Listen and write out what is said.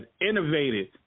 innovated